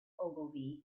ogilvy